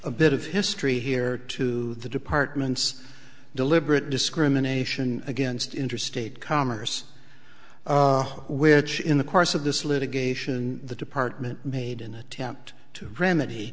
a bit of history here too the department's deliberate discrimination against interstate commerce which in the course of this litigation the department made an attempt to remedy